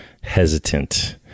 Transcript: hesitant